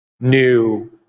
new